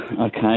okay